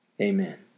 Amen